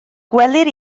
gwelir